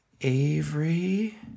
avery